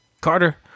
Carter